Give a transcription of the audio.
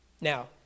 Now